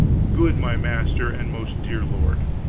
good my master and most dear lord.